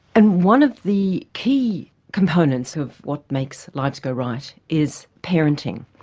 and one of the key components of what makes lives go right is parenting.